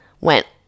went